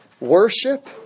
worship